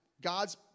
God's